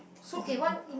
so um